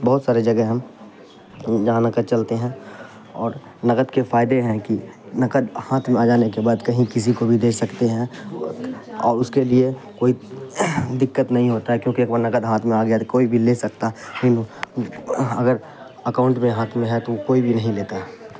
بہت سارے جگہ ہیں جہاں نقد چلتے ہیں اور نقد کے فائدے ہیں کہ نقد ہاتھ میں آ جانے کے بعد کہیں کسی کو بھی دے سکتے ہیں اور اس کے لیے کوئی دقت نہیں ہوتا ہے کیونکہ ایک بار نقد ہاتھ میں آ گیا تو کوئی بھی لے سکتا اگر اکاؤنٹ میں ہاتھ میں ہے تو وہ کوئی بھی نہیں لیتا